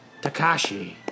Takashi